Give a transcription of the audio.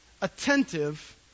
attentive